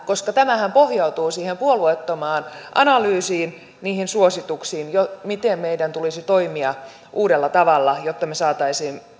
koska tämähän pohjautuu siihen puolueettomaan analyysiin niihin suosituksiin miten meidän tulisi toimia uudella tavalla jotta me saisimme